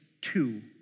two